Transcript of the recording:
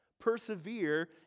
persevere